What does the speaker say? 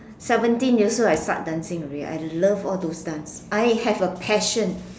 seventeen years old I start dancing already I love all those dance I have a passion